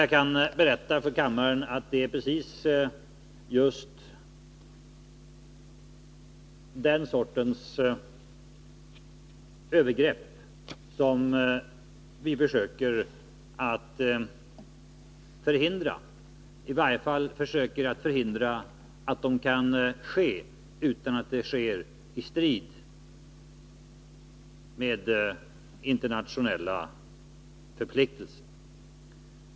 Jag kan berätta för kammaren att det är precis den sortens övergrepp som vi försöker att förhindra, i varje fall försöker vi se till att de strider mot internationella förpliktelser.